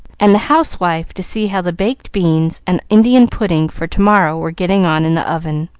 and the housewife to see how the baked beans and indian pudding for to-morrow were getting on in the oven.